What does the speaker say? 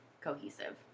cohesive